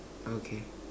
okay